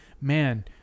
man